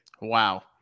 Wow